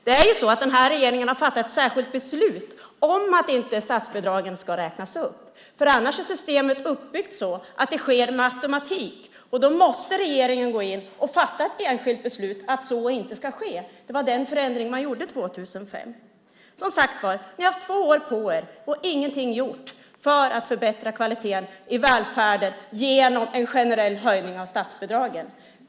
Det är ju så att den här regeringen har fattat ett särskilt beslut om att statsbidragen inte ska räknas upp. Annars är systemet uppbyggt så att detta sker med automatik. Därför måste regeringen gå in och fatta ett enskilt beslut om att så inte ska ske. Det var den förändringen man gjorde 2005. Som sagt var: Ni har haft två år på er men ingenting gjort för att förbättra kvaliteten i välfärden genom en generell höjning av statsbidragen.